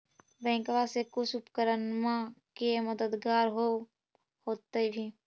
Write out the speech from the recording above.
बैंकबा से कुछ उपकरणमा के मददगार होब होतै भी?